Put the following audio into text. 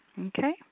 Okay